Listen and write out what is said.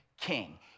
king